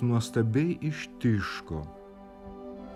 nuostabiai ištiško